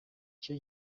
cyo